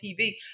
TV